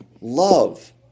Love